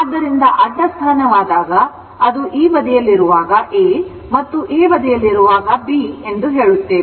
ಆದ್ದರಿಂದ ಅಡ್ಡ ಸ್ಥಾನವಾದಾಗ ಅದು ಈ ಬದಿಯಲ್ಲಿರುವಾಗ A ಮತ್ತು ಈ ಬದಿಯಲ್ಲಿರುವಾಗ ಅದು B ಎಂದು ಹೇಳುತ್ತೇವೆ